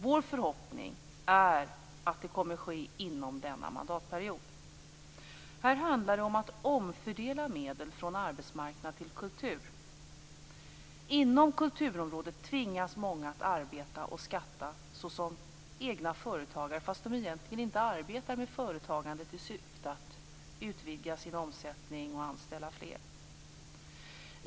Vår förhoppning är att det kommer att ske under denna mandatperiod. Här handlar det om att omfördela medel från arbetsmarknad till kultur. Inom kulturområdet tvingas många att arbeta och skatta såsom egna företagare fastän de egentligen inte arbetar med företagandet i syfte att utvidga sin omsättning och anställa fler.